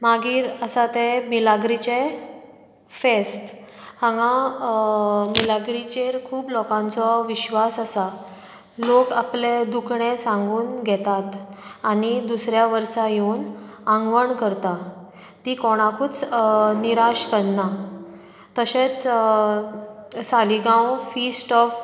मागीर आसा तें मिलाग्रिचें फेस्त हांगा मिलाग्रिचेर खूब लोकांचो विश्वास आसा लोक आपलें दुखणें सांगून घेतात आनी दुसऱ्या वर्सा येवन आंगवण करता ती कोणाकूच निराश करना तशेंच सालिगांव फिस्ट ऑफ